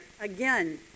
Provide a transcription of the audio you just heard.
again